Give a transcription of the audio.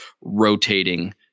rotating